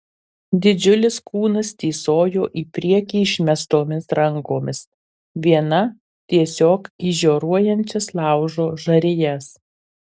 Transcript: didžiulis kūnas tįsojo į priekį išmestomis rankomis viena tiesiog į žioruojančias laužo žarijas